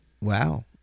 Wow